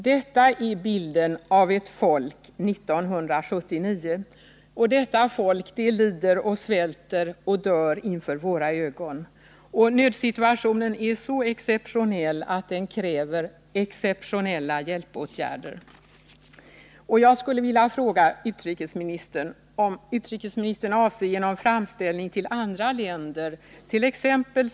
Detta är bilden av ett folk 1979. Detta folk lider, svälter och dör inför våra ögon. Nödsituationen är så exceptionell att den kräver exceptionella hjälpåtgärder. Jag skulle vilja fråga om utrikesministern avser att genom framställning till andra länder,t.ex.